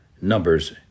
Numbers